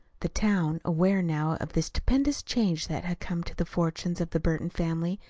the town, aware now of the stupendous change that had come to the fortunes of the burton family,